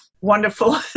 wonderful